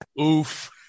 Oof